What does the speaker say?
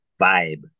vibe